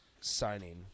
signing